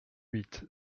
huit